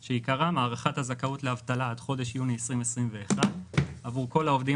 שעיקרם: הארכת הזכאות לאבטלה עד חודש יוני 2021 עבור כל העובדים